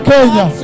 Kenya